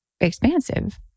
expansive